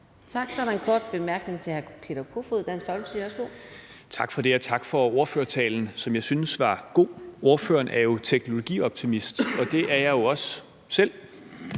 Tak. Så er der en kort bemærkning til hr. Peter Kofod, Dansk Folkeparti. Værsgo. Kl. 14:46 Peter Kofod (DF): Tak for det. Og tak for ordførertalen, som jeg synes var god. Ordføreren er jo teknologioptimist, og det er jeg også selv.